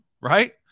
right